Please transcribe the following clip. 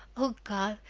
o god,